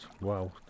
wow